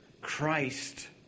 Christ